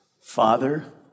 Father